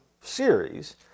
series